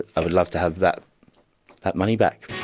would love to have that that money back.